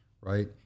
right